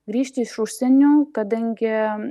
grįžti iš užsienio kadangi